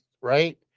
right